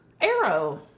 Arrow